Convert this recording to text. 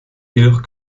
jedoch